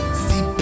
see